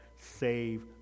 save